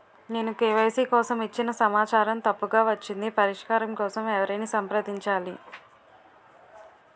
నేను కే.వై.సీ కోసం ఇచ్చిన సమాచారం తప్పుగా వచ్చింది పరిష్కారం కోసం ఎవరిని సంప్రదించాలి?